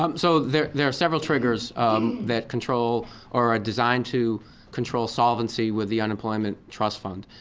um so there there are several triggers that control or ah design to control solvency with the unemployment trust fund.